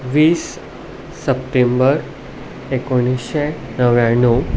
वीस सप्टेंबर एकुणशे णव्याणव